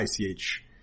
ICH